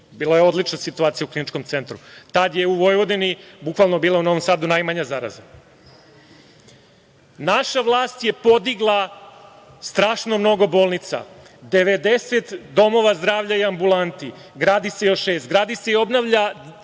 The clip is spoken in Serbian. Bila je odlična situacija u kliničkom centru. Tada je u Vojvodini, u Novom Sadu najmanja zaraza. Naša vlast je podigla strašno mnogo bolnica, 90 domova zdravlja i ambulanti, gradi se još šest. Gradi se i obnavlja